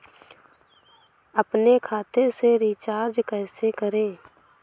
अपने खाते से रिचार्ज कैसे करें?